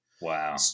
wow